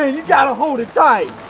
ah you gotta hold it